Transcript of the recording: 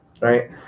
right